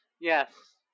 Yes